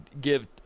give